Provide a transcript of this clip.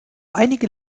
einige